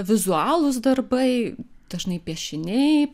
vizualūs darbai dažnai piešiniai